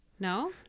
No